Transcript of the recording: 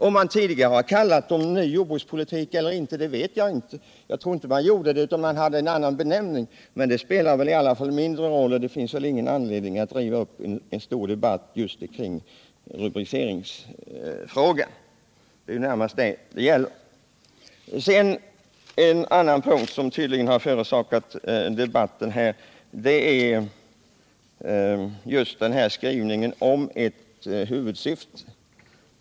Om man vid dessa tillfällen kallat det för en ny jordbrukspolitik eller inte vet jag inte. Jag tror att man hade en annan benämning. Men det spelar mindre roll. Det finns ingen anledning att riva upp en stor debatt kring rubriceringsfrågan, för det är ju närmast den det gäller. En annan punkt som förorsakat debatt här är skrivningen att inkomstmålet är ett huvudsyfte.